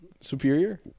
superior